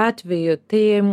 atveju tai